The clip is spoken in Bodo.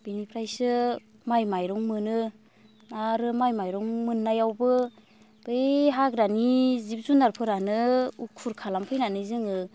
बिनिफ्रायसो माइ माइरं मोनो आरो माइ माइरं मोननायावबो बै हाग्रानि जिब जुनारफोरानो उखुर खालामफैनानै जोङो